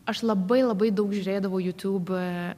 aš labai labai daug žiūrėdavau youtube